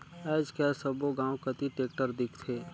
आएज काएल सब्बो गाँव कती टेक्टर दिखथे